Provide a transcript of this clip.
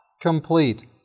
complete